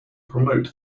promote